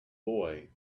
boy